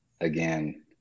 again